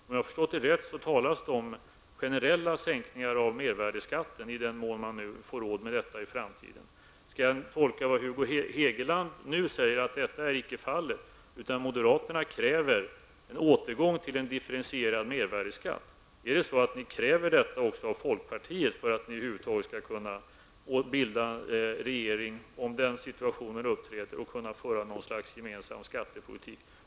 Har jag förstått det rätt talas det om generella sänkningar av mervärdeskatten i den mån man nu får råd med detta i framtiden. Skall jag tolka Hugo Hegeland så, att detta icke är fallet och så, att moderaterna kräver en återgång till en differentierad mervärdeskatt? Kräver ni detta också av folkpartiet för att ni över huvud taget skall kunna bilda regering, om den situationen uppstår, och för att ni skall kunna föra något slags gemensam skattepolitik?